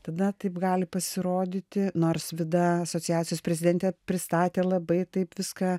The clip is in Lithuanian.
tada taip gali pasirodyti nors vida asociacijos prezidentė pristatė labai taip viską